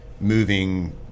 moving